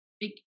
big